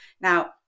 Now